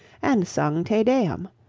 and sung te deum.